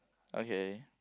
okay